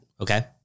okay